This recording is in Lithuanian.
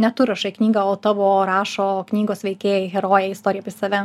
ne tu rašai knygą o tavo rašo knygos veikėjai herojai istoriją apie save